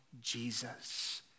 Jesus